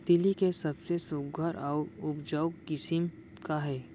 तिलि के सबले सुघ्घर अऊ उपजाऊ किसिम का हे?